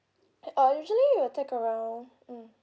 uh usually it'll take around mm